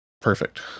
Perfect